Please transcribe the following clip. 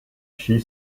she